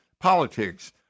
politics